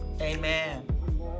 Amen